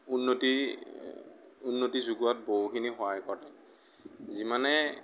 উন্নতি উন্নতি যোগোৱাত বহুখিনি সহায় কৰে যিমানে